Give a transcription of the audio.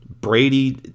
Brady